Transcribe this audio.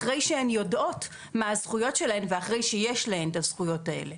אחרי שהן יודעות מה הזכויות שלהן ואחרי שיש להן את הזכויות הללו.